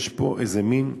יש פה איזה מין חלל,